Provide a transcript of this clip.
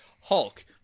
hulk